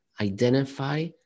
identify